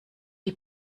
die